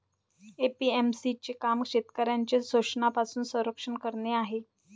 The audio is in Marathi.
ए.पी.एम.सी चे काम शेतकऱ्यांचे शोषणापासून संरक्षण करणे आहे